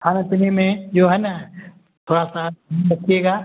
खाने पीने में जो है न थोड़ा सा ध्यान रखिएगा